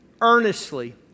earnestly